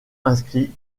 inscrit